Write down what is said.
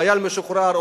חייל משוחרר,